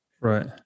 Right